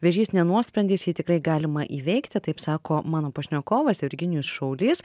vėžys ne nuosprendis jį tikrai galima įveikti taip sako mano pašnekovas virginijus šaulys